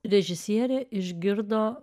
režisierė išgirdo